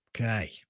Okay